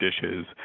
dishes